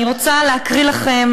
אני רוצה להקריא לכם,